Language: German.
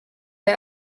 der